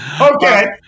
Okay